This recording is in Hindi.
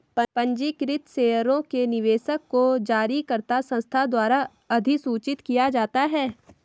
पंजीकृत शेयरों के निवेशक को जारीकर्ता संस्था द्वारा अधिसूचित किया जाता है